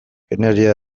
ingeniaria